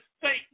Satan